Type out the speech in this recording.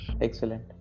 excellent